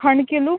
تَھنہِ kilo